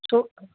सू